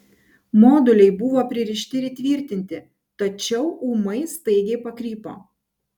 moduliai buvo pririšti ir įtvirtinti tačiau ūmai staigiai pakrypo